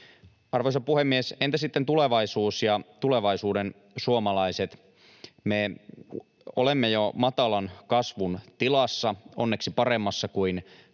Arvoisa puhemies! Entä sitten tulevaisuus ja tulevaisuuden suomalaiset? Me olemme jo matalan kasvun tilassa, onneksi paremmassa kuin mitä